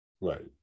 Right